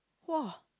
!wow!